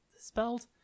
spelled